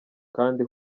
kandi